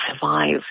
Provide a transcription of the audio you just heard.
survive